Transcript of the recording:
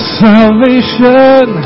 salvation